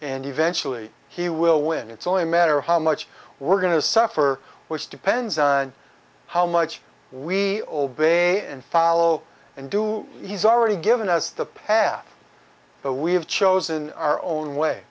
and eventually he will win it's only a matter how much we're going to suffer which depends on how much we obey and follow and do he's already given us the path but we have chosen our own way